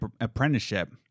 apprenticeship